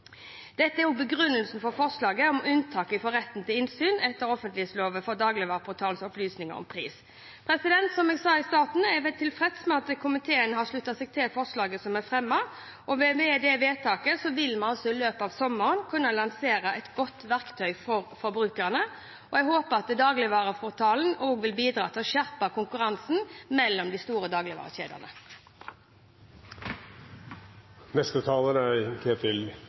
Dette er begrunnelsen for forslaget om unntak fra retten til innsyn etter offentleglova for dagligvareportalens opplysninger om pris. Som jeg sa i starten, er jeg tilfreds med at komiteen har sluttet seg til forslaget som er fremmet. Med dette vedtaket vil vi i løpet av sommeren kunne lansere et godt verktøy for forbrukerne. Jeg håper at dagligvareportalen også vil bidra til å skjerpe konkurransen mellom de store dagligvarekjedene. Saken vi behandler i dag, er